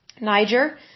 Niger